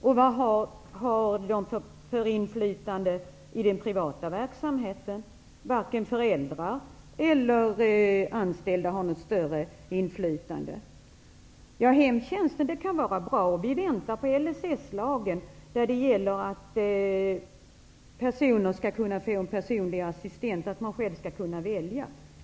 Vilket inflytande har människor i den privata verksamheten? Varken föräldrar eller anställda har något större inflytande. När det gäller hemtjänsten väntar vi på LSS, dvs. en lag om personlig assistent, som man själv skall kunna välja.